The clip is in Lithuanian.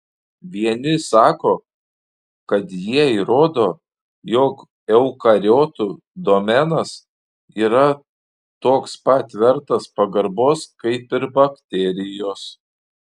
vieni sako kad jie įrodo jog eukariotų domenas yra toks pat vertas pagarbos kaip ir bakterijos